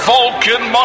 Vulcan